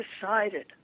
decided